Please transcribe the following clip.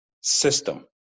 system